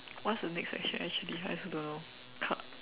what's the next section actually I also don't know card